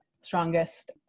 strongest